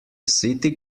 city